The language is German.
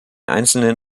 einzelnen